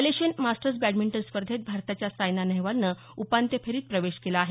Malaysian Masters badminton स्पर्धेत भारताच्या सायना नेहवालनं उपान्त्य फेरीत प्रवेश केला आहे